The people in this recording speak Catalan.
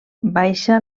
baixa